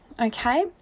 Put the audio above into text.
Okay